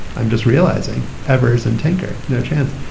i'm just realizing ever's and tinker. no chance.